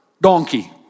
donkey